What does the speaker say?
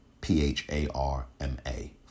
P-H-A-R-M-A